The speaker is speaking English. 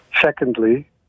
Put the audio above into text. Secondly